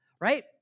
right